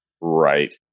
right